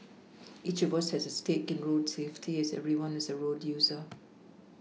each of us has a stake in road safety as everyone is a road user